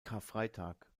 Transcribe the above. karfreitag